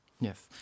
Yes